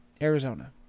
Arizona